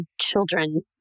children